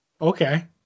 Okay